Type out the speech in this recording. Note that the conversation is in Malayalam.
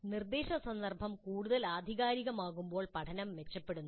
നിർദ്ദേശ സന്ദർഭം കൂടുതൽ ആധികാരികമാകുമ്പോൾ പഠനം മെച്ചപ്പെടുന്നു